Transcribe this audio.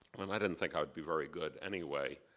and i didn't think i'd be very good, anyway,